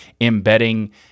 embedding